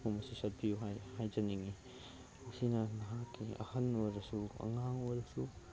ꯑꯍꯨꯝꯁꯤ ꯆꯠꯄꯤꯌꯨ ꯍꯥꯏꯅ ꯍꯥꯏꯖꯅꯤꯡꯉꯤ ꯑꯁꯤꯅ ꯅꯍꯥꯛꯀꯤ ꯑꯍꯟ ꯑꯣꯏꯔꯁꯨ ꯑꯉꯥꯡ ꯑꯣꯏꯔꯁꯨ